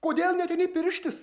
kodėl neateini pirštis